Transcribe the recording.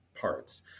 Parts